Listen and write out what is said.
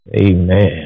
Amen